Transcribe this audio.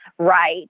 Right